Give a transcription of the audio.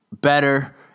better